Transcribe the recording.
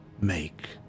make